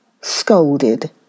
scolded